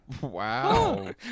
Wow